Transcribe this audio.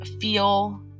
feel